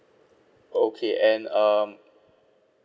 okay and um